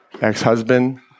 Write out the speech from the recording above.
Ex-husband